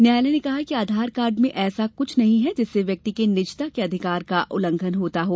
न्यायालय ने कहा कि आधार कार्ड में ऐसा कुछ नहीं है जिससे व्यक्ति के निजता के अधिकार का उल्लंघन होता हो